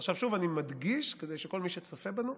שוב, אני מדגיש, לכל מי שצופה בנו: